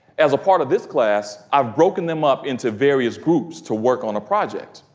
as a part of this class, i've broken them up into various groups to work on a project.